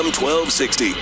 1260